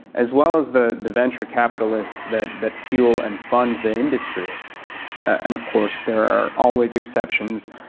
as well as the the venture capitalists that that fuel and fund the industry and of course there are always exceptions